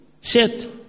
set